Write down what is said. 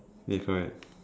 yes correct